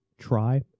Try